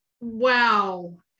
Wow